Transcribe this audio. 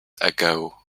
ago